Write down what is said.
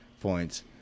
points